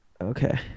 Okay